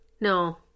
No